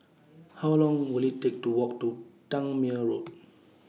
How Long Will IT Take to Walk to Tangmere Road